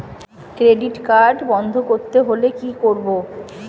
Credit card বন্ধ করতে হলে কি করব?